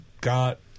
got